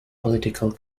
political